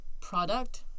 product